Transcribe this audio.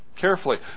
Carefully